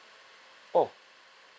oh